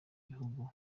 gihugu